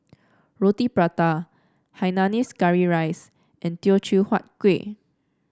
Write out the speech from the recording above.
Roti Prata Hainanese Curry Rice and Teochew Huat Kueh